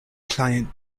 client